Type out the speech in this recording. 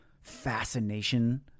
fascination